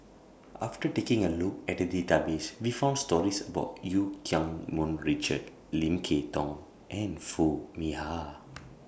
after taking A Look At The Database We found stories about EU Keng Mun Richard Lim Kay Tong and Foo Mee Har